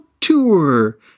tour